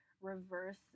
reverse